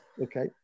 okay